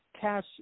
cash